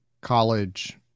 college